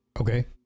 Okay